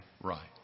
right